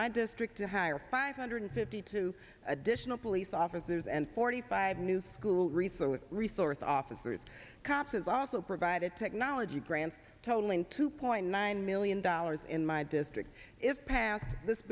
my district to hire five hundred fifty two additional police officers and forty five new school recently resource officers cops is also provided technology grants totaling two point nine million dollars in my district if passed this